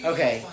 Okay